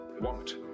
want